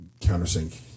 countersink